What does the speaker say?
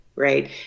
Right